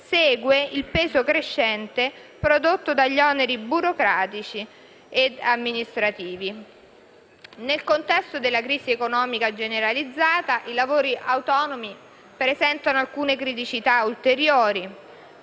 Segue il peso crescente prodotto dagli oneri burocratici e amministrativi. Nel contesto della crisi economica generalizzata, i lavori autonomi presentano alcune criticità ulteriori.